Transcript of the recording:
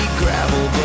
gravel